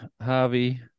Harvey